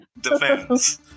defense